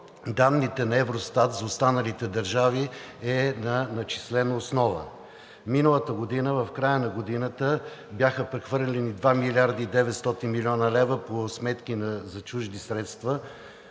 данните на Евростат за останалите държави е на начислена основа. Миналата година, в края на годината, бяха прехвърлени 2 млрд. 900 млн. лв. по сметки за чужди средства,